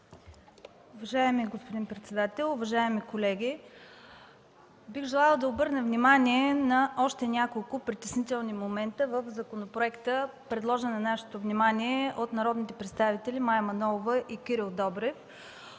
Уважаеми господин председател, уважаеми колеги! Бих желала да обърна внимание на още няколко притеснителни момента в законопроекта, предложен на нашето внимание от народните представители Мая Манолова и Кирил Добрев.